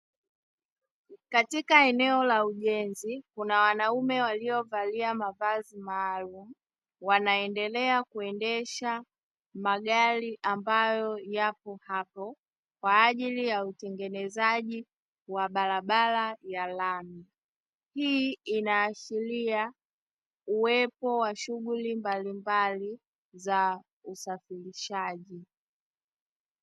Katika eneo la ujenzi, kuna wanaume waliovalia mavazi maalumu; wanaendelea kuendesha magari ambayo yapo hapo kwa ajili ya utengenezaji wa barabara ya lami. Hii inaashiria uwepo wa shughuli mbalimbali za usafirishaji.